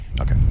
okay